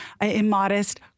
immodest